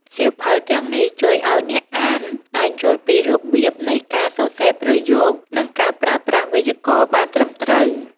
សៀវភៅទាំងនេះជួយឲ្យអ្នកអានអាចយល់ពីរបៀបនៃការសរសេរប្រយោគ និងការប្រើប្រាស់វេយ្យាករណ៍បានត្រឹមត្រូវ។